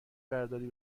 برداری